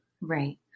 Right